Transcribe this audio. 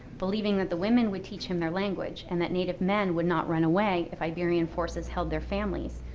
believing that the women would teach him their language and that native men would not run away if iberian forces held their families,